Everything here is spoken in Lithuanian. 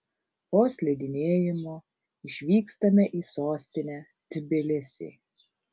po slidinėjimo išvykstame į sostinę tbilisį